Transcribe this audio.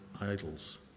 idols